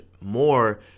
more